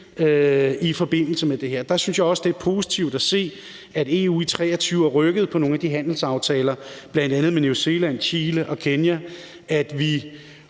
i forbindelse med det her. Der synes jeg også, at det er positivt at se, at EU i 2023 er rykket på nogle af handelsaftalerne, bl.a. med New Zealand, Chile og Kenya, og at